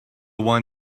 one